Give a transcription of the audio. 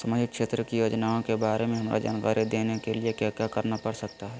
सामाजिक क्षेत्र की योजनाओं के बारे में हमरा जानकारी देने के लिए क्या क्या करना पड़ सकता है?